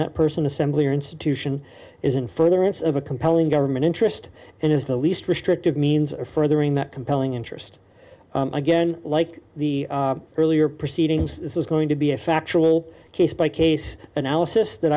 that person assembly or institution is in furtherance of a compelling government interest and is the least restrictive means or furthering that compelling interest again like the earlier proceedings this is going to be a factual case by case analysis that